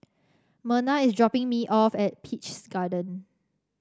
Merna is dropping me off at Peach's Garden